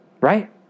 Right